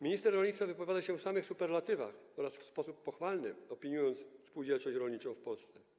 Minister rolnictwa wypowiada się w samych superlatywach oraz w sposób pochwalny, opiniując spółdzielczość rolniczą w Polsce.